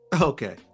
Okay